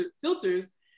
filters